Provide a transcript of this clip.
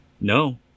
No